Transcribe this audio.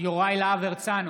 יוראי להב הרצנו,